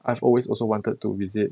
I've always also wanted to visit